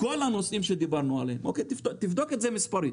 כל הנושאים שדיברנו עליהם, תבדוק את זה מספרית.